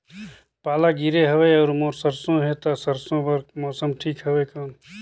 पाला गिरे हवय अउर मोर सरसो हे ता सरसो बार मौसम ठीक हवे कौन?